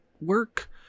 work